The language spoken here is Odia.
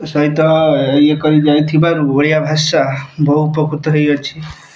ସହିତ ଇଏ କରିଯାଇଥିବାରୁ ଓଡ଼ିଆ ଭାଷା ବହୁ ଉପକୃତ ହେଇଅଛି